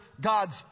God's